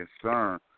concern